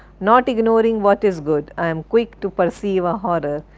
not ignoring what is good, i am quick to perceive a horror,